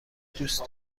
دوست